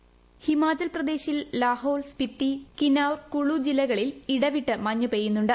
voice Himachal പ്രദേശിൽ ലഹോൾ സ്പിതി കിന്നൌർ കുളു ജില്ലകളിൽ ഇടവിട്ട് മഞ്ഞ് പെയ്യുന്നുണ്ട്